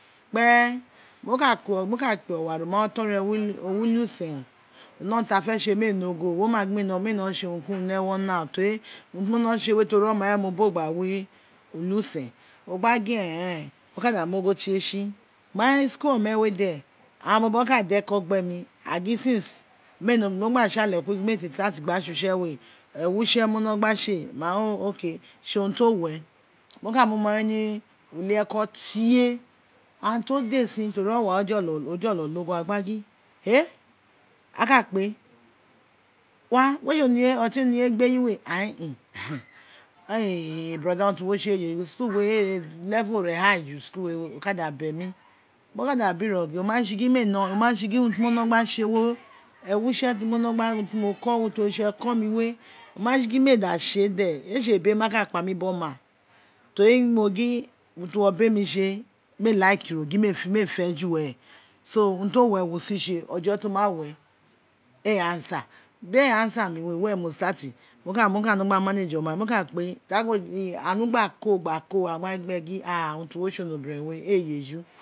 Kpen ino ka kpe owa ro man otron re wi uli-usen o ne urun ti a je tse mee ne ogho wo ma gin mee no tse mee no tse urun ki urun ni ewo wo teri ti mo ho tse we mo ba oma we gha wi ulirasen o gba gin e o ka du mu ogho tie tse mai school ome gha de a gha bobo gbi deko gbe mi aghan agi since mo gba tsale mo gba tsale me te start ghan tse utse we tse urun ti o wee mo ka mu oma wol ni ulieko tie aghan to desh teri owa ro jolo ne oghe aghan gba gin e aghan kpe wa we tse oton oni je egbe eyiwe ain in brother urun ti wo tse we ye eju school we level re high ju school we o ka da be mi mo ka da biro gin o ma tse gin urun ti mo wino gba tse we ewo utse ki mi we oma tse gin mee da tse de ee tse ebiren ma ka kpa mi biri oma teri mo gin urun ti wo bemi tse mee lika ino gha mee fe fi nene so urun ti wo we wo si tse ojo tia we were answer di e answer mi we mee answer di e answer mi we were mo start mo ka no gba manage oma mo ka kpe anagba ko gba ko aghan gba gin gbe gin urun ti wo tse olobiren wee ee ye eju